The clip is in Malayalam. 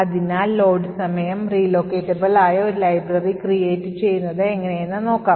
അതിനാൽ ലോഡ് സമയം relocatable ആയ ഒരു ലൈബ്രറി create ചെയ്യുന്നത് എങ്ങനെയെന്ന് നോക്കാം